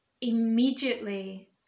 immediately